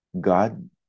God